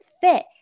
fit